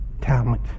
talent